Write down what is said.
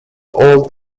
old